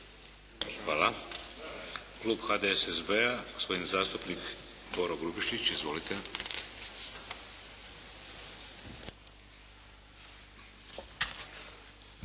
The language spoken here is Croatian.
Hvala. Klub HDSSB-a gospodin zastupnik Boro Grubišić. Izvolite.